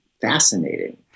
fascinating